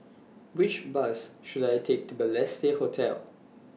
Which Bus should I Take to Balestier Hotel